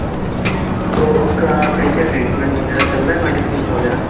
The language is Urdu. اوكے تو اُن كا كہیں سے ٹریٹمینٹ وغیرہ چل رہا ہے میڈیسینس وغیرہ